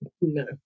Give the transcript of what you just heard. No